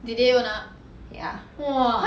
did they own up !wah!